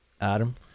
Adam